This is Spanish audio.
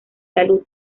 salud